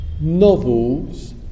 novels